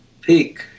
peak